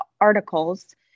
articles